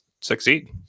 succeed